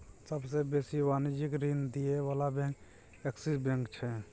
सबसे बेसी वाणिज्यिक ऋण दिअ बला बैंक एक्सिस बैंक छै